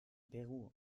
peru